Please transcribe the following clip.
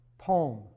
poem